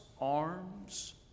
arms